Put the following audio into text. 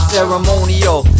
Ceremonial